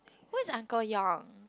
who is uncle Yong